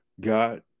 God